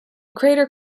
crater